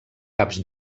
caps